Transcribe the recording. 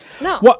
No